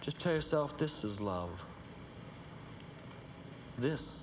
just tell yourself this is love this